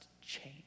change